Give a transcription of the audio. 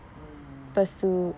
mm oh